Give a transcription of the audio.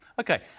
Okay